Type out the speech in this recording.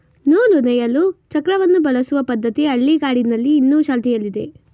ನೂಲು ನೇಯಲು ಚಕ್ರವನ್ನು ಬಳಸುವ ಪದ್ಧತಿ ಹಳ್ಳಿಗಾಡಿನಲ್ಲಿ ಇನ್ನು ಚಾಲ್ತಿಯಲ್ಲಿದೆ